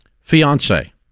Fiance